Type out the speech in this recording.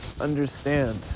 understand